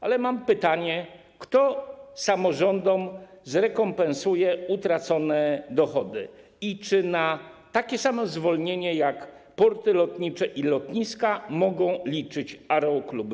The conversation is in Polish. Ale mam pytanie: Kto samorządom zrekompensuje utracone dochody i czy na takie samo zwolnienie jak porty lotnicze i lotniska mogą liczyć aerokluby?